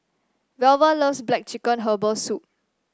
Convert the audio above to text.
Velva loves black chicken Herbal Soup